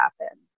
happen